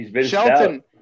Shelton